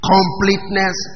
Completeness